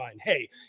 Hey